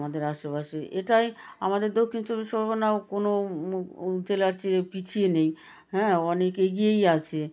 আমাদের আশেপাশে এটাই আমাদের দক্ষিণ চব্বিশ পরগনাও কোনও ও জেলার চেয়ে পিছিয়ে নেই হ্যাঁ অনেক এগিয়েই আছে